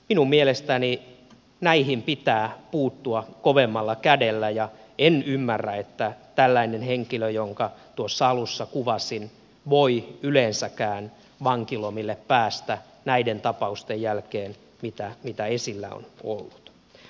minun mielestäni näihin pitää puuttua kovemmalla kädellä ja en ymmärrä että tällainen henkilö jonka tuossa alussa kuvasin voi yleensäkään vankilomille päästä näiden tapausten jälkeen joita esillä on ollut